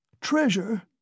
Treasure